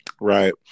right